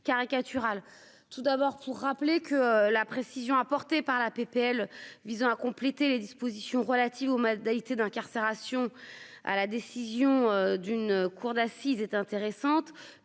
caricatural, tout d'abord pour rappeler que la précision apportée par la PPL visant à compléter les dispositions relatives aux modalités d'incarcération à la décision d'une cour d'assises est intéressante